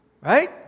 Right